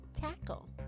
tackle